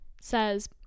Says